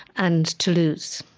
and toulouse.